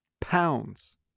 pounds